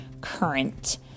current